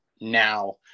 now